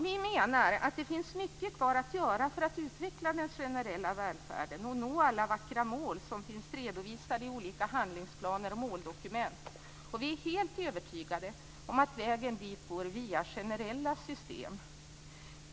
Vi menar att det finns mycket kvar att göra för att utveckla den generella välfärden och nå alla vackra mål som finns redovisade i olika handlingsplaner och måldokument. Vi är helt övertygade om att vägen dit går via generella system.